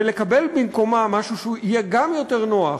ולקבל במקומה משהו שיהיה גם יותר נוח,